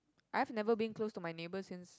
I've never been close to my neighbour since